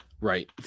Right